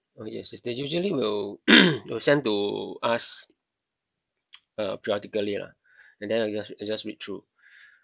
oh yes they usually will will send to us uh periodically lah and then I just I just read through